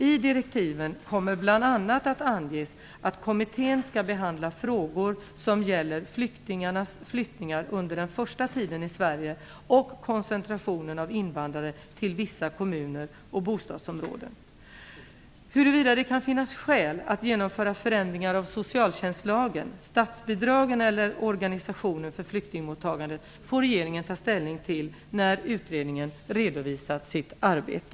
I direktiven kommer bl.a. att anges att kommittén skall behandla frågor som gäller flyktingarnas flyttningar under den första tiden i Sverige och koncentrationen av invandrare till vissa kommuner och bostadsområden. Huruvida det kan finnas skäl att genomföra förändringar av socialtjänstlagen, statsbidragen eller organisationen för flyktingmottagandet får regeringen ta ställning till när utredningen redovisat sitt arbete.